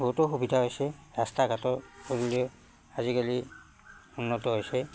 বহুতো সুবিধা হৈছে ৰাস্তা ঘাটৰ পদূলিয়ে আজিকালি উন্নত হৈছে